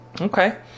Okay